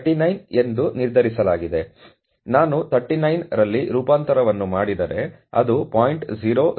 ಆದ್ದರಿಂದ ನಾನು 39 ರಲ್ಲಿ ರೂಪಾಂತರವನ್ನು ಮಾಡಿದರೆ ಅದು 0